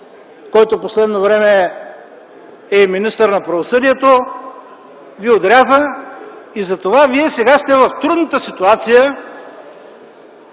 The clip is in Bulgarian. който в последно време е и министър на правосъдието, Ви отряза и затова вие сега сте в трудната ситуация